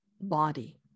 body